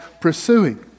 pursuing